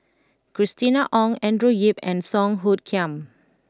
Christina Ong Andrew Yip and Song Hoot Kiam